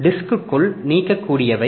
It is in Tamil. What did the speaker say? டிஸ்க்குகள் நீக்கக்கூடியவை